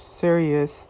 serious